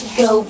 go